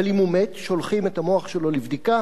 אבל אם הוא מת, שולחים את המוח שלו לבדיקה.